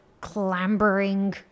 clambering